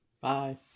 Bye